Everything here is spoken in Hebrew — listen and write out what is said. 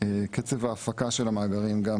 קצב ההפקה של המאגרים גם,